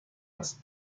است